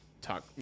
talk